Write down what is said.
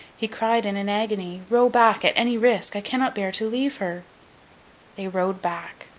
he cried in an agony, row back at any risk! i cannot bear to leave her they rowed back.